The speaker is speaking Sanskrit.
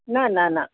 न न न